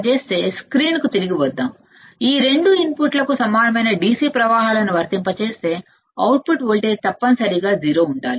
ఇప్పుడు స్క్రీన్కు తిరిగి వద్దాం ఒకవేళ మనం సమాన DC కర్రెంట్లను వర్తింపజేస్తే అవుట్పుట్ వోల్టేజ్ తప్పనిసరిగా సున్నా అవ్వాలి